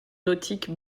nautique